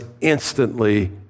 instantly